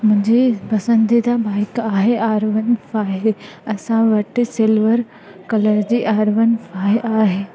मुंहिंजी पसंदीदा बाइक आहे आर वन फ़ाइ असां वटि सिल्वर कलर जी आर वन फ़ाइ आहे